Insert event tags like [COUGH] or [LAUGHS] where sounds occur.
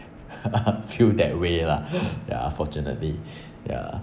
[LAUGHS] feel that way lah yeah fortunately yeah